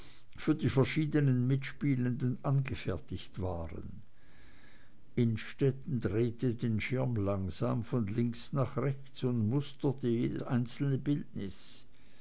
für die verschiedenen mitspielenden angefertigt waren innstetten drehte den schirm langsam von links nach rechts und musterte jedes einzelne bildnis